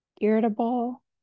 irritable